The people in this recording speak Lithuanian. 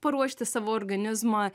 paruošti savo organizmą